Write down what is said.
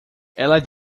ela